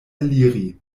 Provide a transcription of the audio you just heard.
eliri